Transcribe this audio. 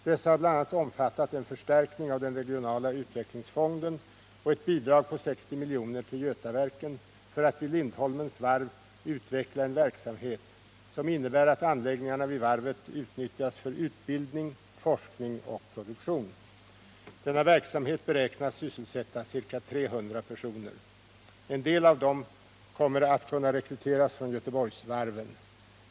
Dessa har bl.a. omfattat en förstärkning av den regionala utvecklingsfonden och ett bidrag på 60 milj.kr. till Götaverken AB för att vid Lindholmens varv utveckla en verksamhet som innebär att anläggningarna vid varvet utnyttjas för utbildning, forskning och produktion. Denna verksamhet beräknas sysselsätta ca 300 personer. En del kommer att kunna rekryteras från Göteborgsvarven.